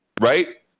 right